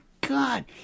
God